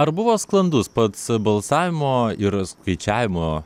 ar buvo sklandus pats balsavimo ir skaičiavimo